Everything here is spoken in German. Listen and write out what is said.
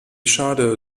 schade